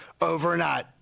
overnight